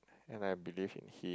and I believe in him